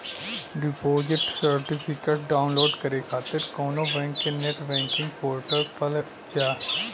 deposit certificate download करे खातिर कउनो बैंक के नेट बैंकिंग पोर्टल पर जा